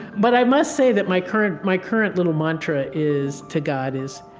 but i must say that my current my current little mantra is to god is,